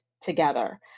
together